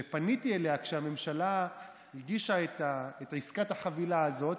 שפניתי אליה כשהממשלה הגישה את עסקת החבילה הזאת.